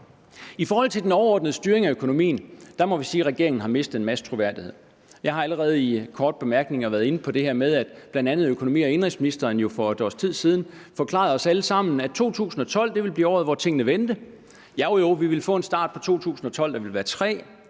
I forhold til den overordnede styring af økonomien må vi sige, at regeringen har mistet en masse troværdighed. Jeg har allerede i korte bemærkninger været inde på det her med, at bl.a. økonomi- og indenrigsministeren jo for et års tid siden forklarede os alle sammen, at 2012 ville blive året, hvor tingene vendte. Jo, jo, vi ville få en start på 2012, der ville være træg,